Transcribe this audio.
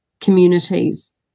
communities